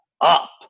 up